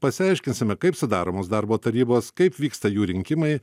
pasiaiškinsime kaip sudaromos darbo tarybos kaip vyksta jų rinkimai